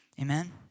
Amen